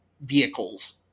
vehicles